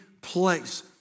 place